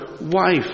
wife